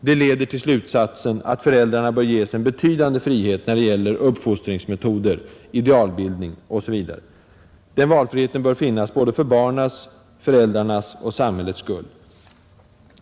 Det leder till slutsatsen att föräldrarna bör ges en betydande frihet när det gäller uppfostringsmetoder, idealbildning osv. Den valfriheten bör finnas både för barnens, föräldrarnas och samhällets skull.